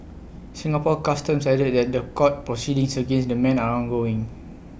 Singapore Customs added that court proceedings against the men are ongoing